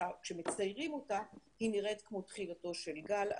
וכשמציירים אותה היא נראית כמו תחילתו של גל.